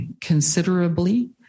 considerably